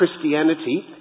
Christianity